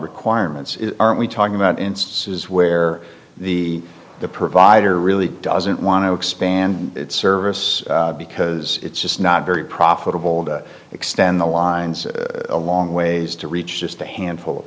requirements are we talking about instances where the the provider really doesn't want to expand its service because it's just not very profitable to extend the lines a long ways to reach just a handful of